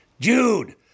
Jude